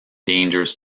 dangers